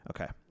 Okay